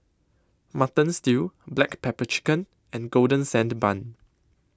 Mutton Stew Black Pepper Chicken and Golden Sand Bun